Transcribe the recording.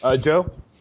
Joe